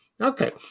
okay